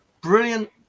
brilliant